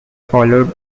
followed